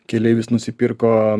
keleivis nusipirko